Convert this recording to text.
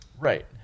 Right